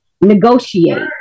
negotiate